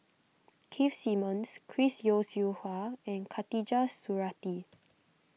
Keith Simmons Chris Yeo Siew Hua and Khatijah Surattee